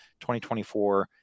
2024